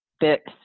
fixed